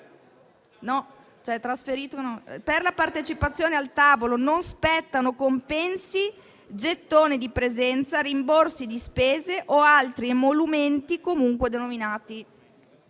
Per la partecipazione al Tavolo non spettano compensi, gettoni di presenza, rimborsi di spese o altri emolumenti comunque denominati.».".